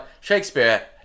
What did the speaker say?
Shakespeare